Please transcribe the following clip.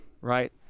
right